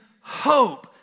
hope